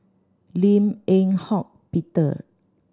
Lim Eng Hock Peter